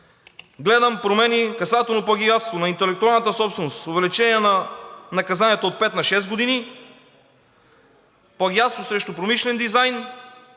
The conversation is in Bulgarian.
Гледам промени – касателно плагиатство на интелектуалната собственост: увеличение на наказания от пет на шест години; плагиатство срещу промишлен дизайн